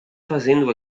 fazendo